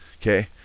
Okay